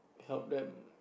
help them